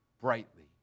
brightly